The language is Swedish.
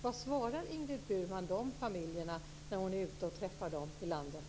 Vad svarar Ingrid Burman de familjerna när hon är ute och träffar dem i landet?